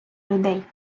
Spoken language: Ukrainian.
людей